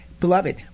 Beloved